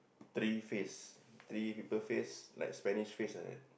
three face three people face like Spanish face like that